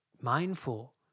mindful